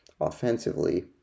offensively